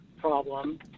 problem